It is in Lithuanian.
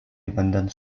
vandens